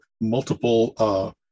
multiple